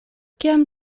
kiam